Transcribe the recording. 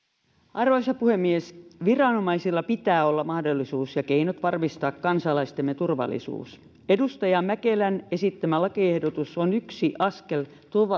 arvoisa puhemies viranomaisilla pitää olla mahdollisuus ja keinot varmistaa kansalaistemme turvallisuus edustaja mäkelän esittämä lakiehdotus on yksi askel